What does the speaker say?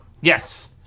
Yes